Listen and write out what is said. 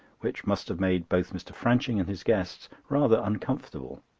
which must have made both mr. franching and his guests rather uncomfortable.